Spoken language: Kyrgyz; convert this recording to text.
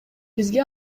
бизге